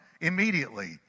immediately